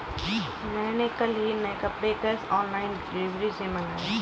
मैंने कल ही नए कपड़े कैश ऑन डिलीवरी से मंगाए